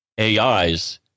AIs